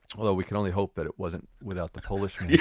well, we can only hope that it wasn't without the polish ah yeah